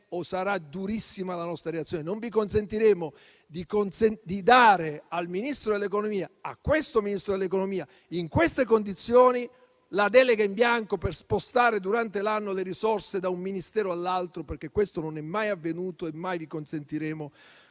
o sarà durissima la nostra reazione. Non vi consentiremo di dare al Ministro dell'economia, a questo Ministro dell'economia, in queste condizioni, la delega in bianco per spostare durante l'anno le risorse da un Ministero all'altro, perché questo non è mai avvenuto e mai consentiremo